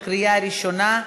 בקריאה ראשונה.